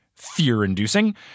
fear-inducing